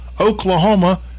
Oklahoma